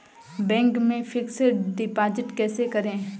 Bank में fix deposit कैसे करें?